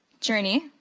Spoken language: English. journey,